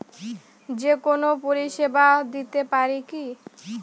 যে কোনো পরিষেবা দিতে পারি কি?